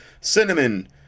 cinnamon